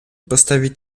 postawię